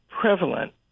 prevalent